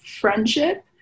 friendship